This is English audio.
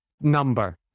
number